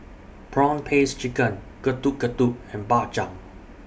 Prawn Paste Chicken Getuk Getuk and Bak Chang